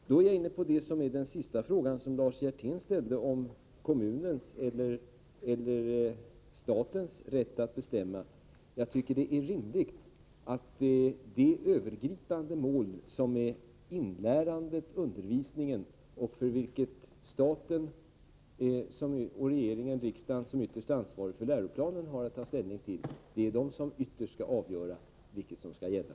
Därmed är jag inne på den sista frågan Lars Hjertén ställde, om det är kommunens eller statens rätt att bestämma. Jag tycker det är rimligt att vad beträffar det övergripande målet, inlärandet och undervisningen, är det staten i form av regering och riksdag — eftersom de har att ta ställning till läroplanen — som ytterst bör avgöra vad som skall gälla.